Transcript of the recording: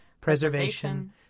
preservation